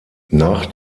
nach